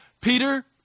Peter